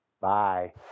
Bye